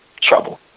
trouble